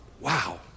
Wow